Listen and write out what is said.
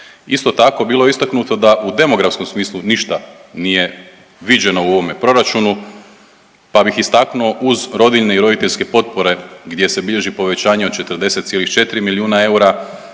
Isto tako bilo je istaknuto da u demografskom smislu ništa nije viđeno u ovome proračunu, pa bih istaknuo uz rodiljne i roditeljske potpore gdje se bilježi povećanje od 40,4 milijuna eura